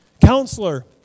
Counselor